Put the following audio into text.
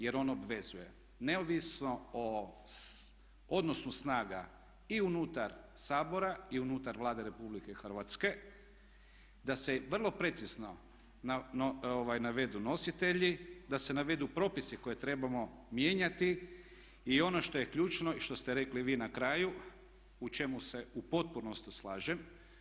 Jer ono obvezuje neovisno o odnosu snaga i unutar Sabora i unutar Vlade Republike Hrvatske, da se vrlo precizno navedu nositelji, da se navedu propisi koje trebamo mijenjati i ono što je ključno i što ste rekli vi na kraju u čemu se u potpunosti slažem.